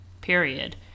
period